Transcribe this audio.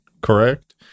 correct